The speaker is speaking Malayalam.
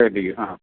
ആ